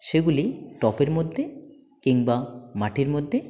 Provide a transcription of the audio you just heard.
সেগুলি টবের মধ্যে কিংবা মাটির মধ্যে